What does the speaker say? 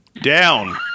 Down